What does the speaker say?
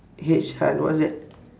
H what's that